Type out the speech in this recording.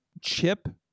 chip